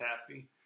happy